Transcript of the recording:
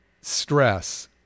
stress